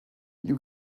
you